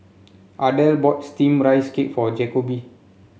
Ardell bought steamed Rice Cake for Jacoby